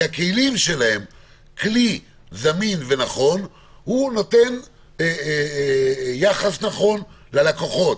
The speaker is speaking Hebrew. כלי זמין ונכון נותן יחס נכון ללקוחות.